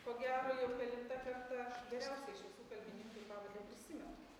ko gero jau kelinta karta geriausiai iš visų kalbininkų pavardę prisimena